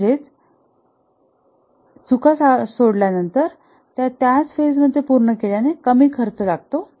म्हणजे चुका सोडल्यानंतर त्या त्या फेज मध्ये पूर्ण केल्याने कमी खर्च लागेल